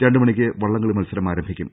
രണ്ടുമ ണിക്ക് വള്ളംകളി മത്സരം ആരംഭിക്കും